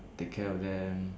take care of them